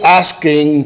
asking